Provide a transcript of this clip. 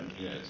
yes